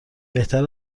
بهتر